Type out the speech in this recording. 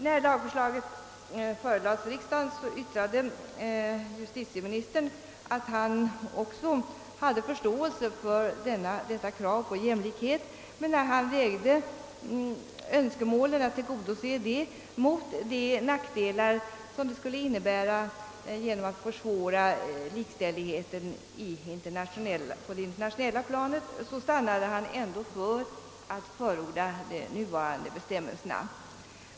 När lagförslaget förelades riksdagen yttrade justitieministern, att han hade förståelse för detta krav på jämlikhet men att han, när han vägde önskemålen att tillgodose det mot de nackdelar som det måste innebära genom att det försvårade likställigheten på det internationella planet, ändå stannade för att förorda de nuvarande bestämmelserna.